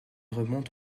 remonte